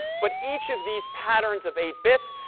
but each of these patterns of eight bits,